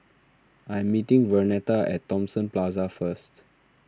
I am meeting Vernetta at Thomson Plaza first